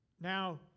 Now